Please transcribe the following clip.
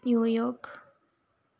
new York